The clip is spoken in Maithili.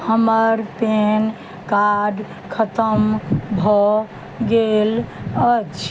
हमर पेन कार्ड खतम भऽ गेल अछि